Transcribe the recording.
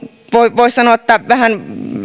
voisi sanoa vähän